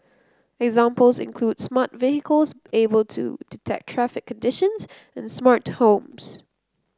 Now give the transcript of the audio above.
examples include smart vehicles able to detect traffic conditions and smart homes